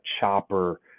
chopper